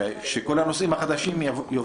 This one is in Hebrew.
שכל הנושאים החדשים יובאו.